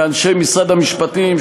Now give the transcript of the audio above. לאנשי משרד המשפטים,